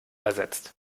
ersetzt